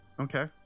Okay